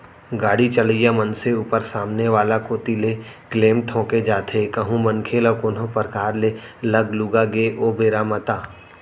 गाड़ी चलइया मनसे ऊपर सामने वाला कोती ले क्लेम ठोंके जाथे कहूं मनखे ल कोनो परकार ले लग लुगा गे ओ बेरा म ता